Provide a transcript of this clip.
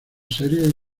series